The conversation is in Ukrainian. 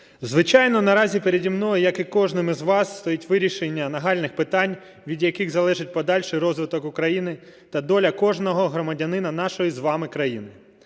Звичайно, наразі переді мною, як і кожним із вас, стоїть вирішення нагальних питань, від яких залежить подальший розвиток України та доля кожного громадянина нашої з вами країни.